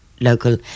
local